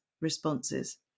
responses